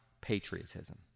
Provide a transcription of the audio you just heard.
patriotism